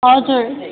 हजुर